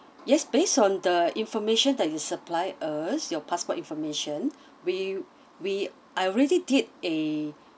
yes based on the information that you supply us your passport information we we I already did a